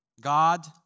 God